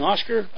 Oscar